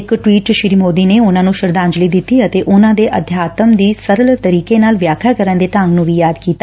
ਇਹ ਟਵੀਟ ਚ ਸ੍ਰੀ ਮੋਦੀ ਨੇ ਉਨ੍ਹਾ ਨੂੰ ਸ਼ਰਧਾਂਜਲੀ ਦਿੱਤੀ ਅਤੇ ਉਨ੍ਹਾ ਦੇ ਅਧਿਆਤਮ ਦੀ ਸਰਲ ਤਰੀਕੇ ਨਾਲ ਵਿਆਖਿਆ ਕਰਨ ਦੇ ਢੰਗ ਨੂੰ ਯਾਦ ਕੀਤਾ